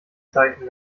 zeichen